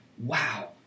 Wow